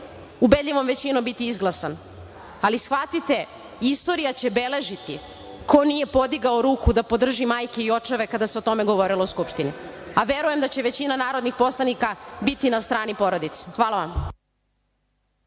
ubedljivom većinom biti izglasan, ali shvatite, istorija će beležiti ko nije podigao ruku da podrži majke i očeve kada se o tome govorilo u Skupštini, a verujem da će većina narodnih poslanika biti na strani porodice. Hvala.